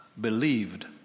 believed